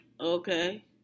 Okay